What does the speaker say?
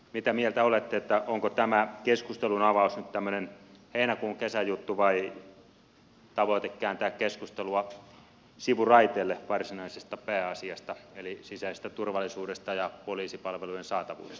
mitä mieltä olette onko tämä keskustelunavaus nyt tämmöinen heinäkuun kesäjuttu vai tavoite kääntää keskustelua sivuraiteelle varsinaisesta pääasiasta eli sisäisestä turvallisuudesta ja poliisipalvelujen saatavuudesta